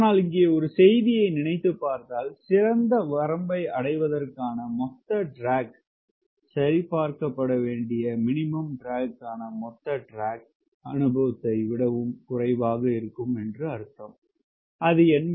ஆனால் இங்கே ஒரு செய்தியை நினைத்து பார்த்தால் சிறந்த வரம்பை அடைவதற்கான மொத்த ட்ராக் சரிபார்க்கப்பட வேண்டிய மினிமம் ட்ரக்க்கான மொத்த ட்ராக் அனுபவத்தை விடவும் குறைவாக இருக்கும் என்று அர்த்தம் அது என்ன